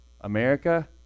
america